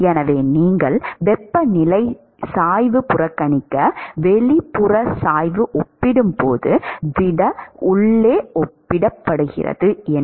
எனவே நீங்கள் வெப்பநிலை சாய்வு புறக்கணிக்க வெளிப்புற சாய்வு ஒப்பிடும்போது திட உள்ளே ஒப்பிடும்போது